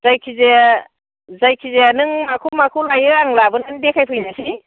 जायखिजाया जायखिजाया नों माखौ माखौ लायो आं लाबोनानै देखाय फैनोसै